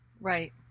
Right